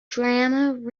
drama